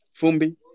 Fumbi